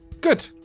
good